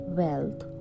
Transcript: wealth